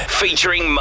featuring